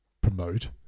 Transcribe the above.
promote